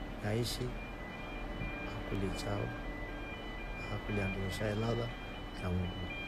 Aishi, akolye chao. akolye handu esha elala na nguo.